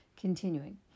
Continuing